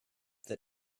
that